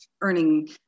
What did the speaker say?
earning